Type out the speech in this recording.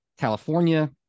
california